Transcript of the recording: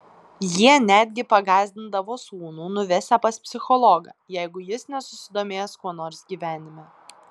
jie netgi pagąsdindavo sūnų nuvesią pas psichologą jeigu jis nesusidomės kuo nors gyvenime